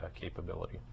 capability